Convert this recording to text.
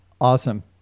Awesome